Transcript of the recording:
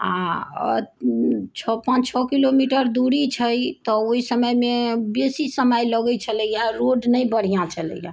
आओर अऽ छओ पान छओ किलोमीटर दूरी छै तऽ ओइ समयमे बेसी समय लगै छलैए रोड नहि बढ़िआँ छलैए